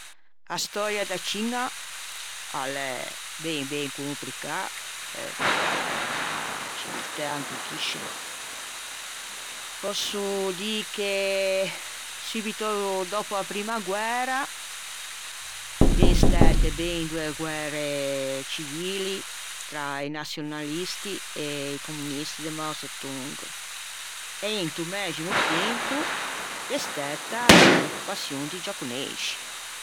A stöia da Ciña a l'é ben ben complicâ perché a l'é unna civiltæ antichiscima. Pòsso dî che subito dòppo a-a primma guæra gh'en stæte ben doe guære civili tra i naçionalisti e i communisti de Mao Tse-Tung e into mæximo tempo gh'é stæta l'occupaçion di giaponeixi.